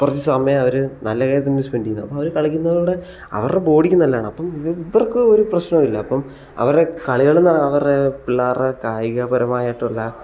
കുറച്ച് സമയം അവർ നല്ല കാര്യത്തിന് സ്പെൻഡ് ചെയ്യുന്ന അപ്പം അവർ കളിക്കുന്നതിലൂടെ അവരുടെ ബോഡിക്കും നല്ലതാണ് അപ്പം ഇവർക്ക് ഒരു പ്രശ്നവുമില്ല അപ്പം അവരുടെ കളികളും കാണുക അവരുടെ പിള്ളേരുടെ കായിക പരമായിട്ടുള്ള